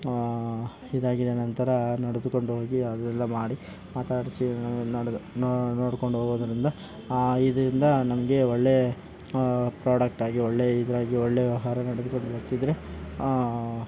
ಇದಾಗಿದೆ ಒಂಥರ ನಡೆದುಕೊಂಡು ಹೋಗಿ ಎಲ್ಲ ಮಾಡಿ ಮಾತಾಡಿಸಿ ನೋಡಿದೆ ನೋಡ್ಕೊಂಡು ಹೋಗೋದರಿಂದ ಇದರಿಂದ ನಮಗೆ ಒಳ್ಳೆ ಪ್ರಾಡಕ್ಟ್ ಆಗಿ ಒಳ್ಳೆ ಇದಾಗಿ ಒಳ್ಳೆ ವ್ಯವಹಾರ ನಡೆದುಕೊಂಡು ಹೋಗ್ತಿದ್ದರೆ